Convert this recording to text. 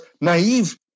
naive